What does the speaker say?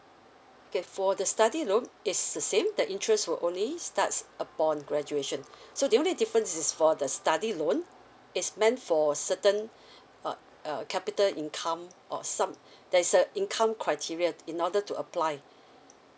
okay for the study loan it's the same the interest will only starts upon graduation so the only difference is for the study loan it's meant for certain uh uh capita income or some there's a income criteria in order to apply